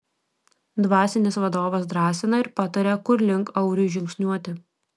dvasinis vadovas drąsina ir pataria kur link auriui žingsniuoti